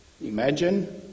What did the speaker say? Imagine